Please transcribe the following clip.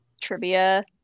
trivia